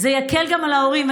זה יקל גם על ההורים.